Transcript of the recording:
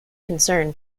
concern